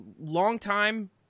longtime